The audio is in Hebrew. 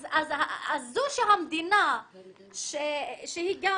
אז זה שהמדינה שהיא גם